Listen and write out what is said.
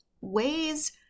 ways